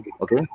okay